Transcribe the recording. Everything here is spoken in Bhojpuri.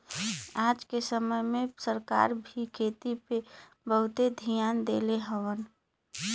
आज क समय में सरकार भी खेती पे बहुते धियान देले हउवन